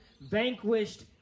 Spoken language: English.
vanquished